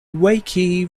wakey